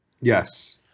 yes